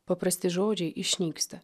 paprasti žodžiai išnyksta